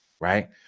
right